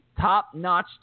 top-notch